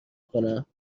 کنم